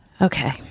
okay